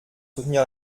soutenir